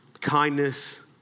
kindness